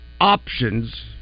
options